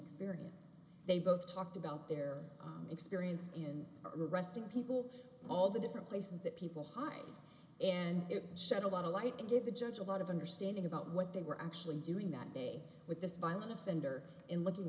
experience they both talked about their experience in arresting people all the different places that people hide and it shed a lot of light and give the judge a lot of understanding about what they were actually doing that day with this violent offender in looking